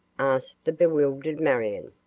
asked the bewildered marion.